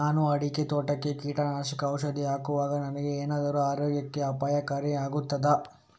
ನಾನು ಅಡಿಕೆ ತೋಟಕ್ಕೆ ಕೀಟನಾಶಕ ಔಷಧಿ ಹಾಕುವಾಗ ನನಗೆ ಏನಾದರೂ ಆರೋಗ್ಯಕ್ಕೆ ಅಪಾಯಕಾರಿ ಆಗುತ್ತದಾ?